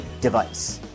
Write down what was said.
device